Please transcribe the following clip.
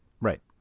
right